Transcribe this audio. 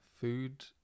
food